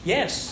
Yes